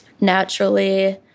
naturally